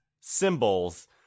symbols